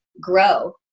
grow